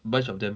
bunch of them